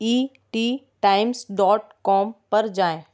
ई T Times dot com पर जाएँ